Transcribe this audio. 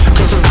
Cause